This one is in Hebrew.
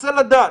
רוצה לדעת,